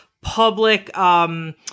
public